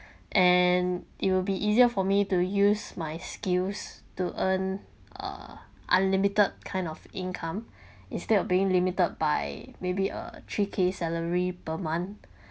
and it will be easier for me to use my skills to earn uh unlimited kind of income instead of being limited by maybe a three K salary per month